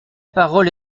parole